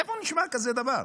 איפה נשמע כזה דבר?